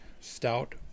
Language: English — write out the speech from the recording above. stout